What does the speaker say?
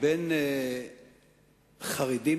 בין חרדים,